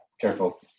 Careful